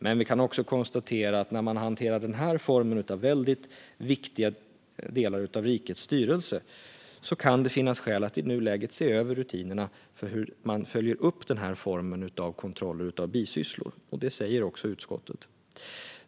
Men vi kan konstatera att när man hanterar den här formen av väldigt viktiga delar av rikets styrelse kan det finnas skäl att i nuläget se över rutinerna för hur man följer upp den här formen av kontroller av bisysslor. Detta säger också utskottet.